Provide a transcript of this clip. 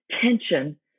tension